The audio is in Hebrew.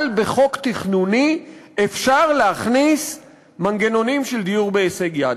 בחוק תכנוני אפשר להכניס מנגנונים של דיור בהישג יד.